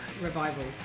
revival